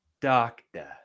doctor